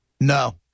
No